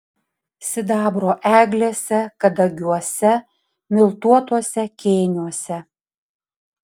sidabro eglėse kadagiuose miltuotuose kėniuose